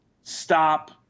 stop –